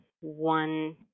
one